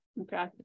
Okay